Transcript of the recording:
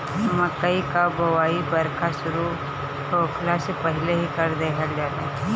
मकई कअ बोआई बरखा शुरू होखला से पहिले ही कर देहल जाला